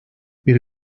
bir